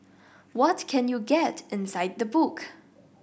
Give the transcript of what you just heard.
what can you get inside the book